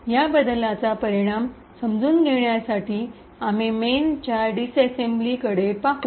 या बदलाचा परिणाम समजून घेण्यासाठी आम्ही मेनच्या डिसिसेम्बलीकडे पाहू